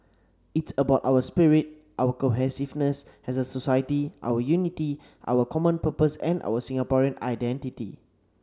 it's about our spirit our cohesiveness as a society our unity our common purpose and our Singaporean identity